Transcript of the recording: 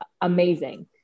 amazing